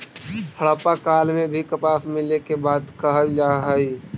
हड़प्पा काल में भी कपास मिले के बात कहल जा हई